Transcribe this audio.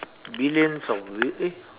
Billions of w~ eh